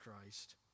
Christ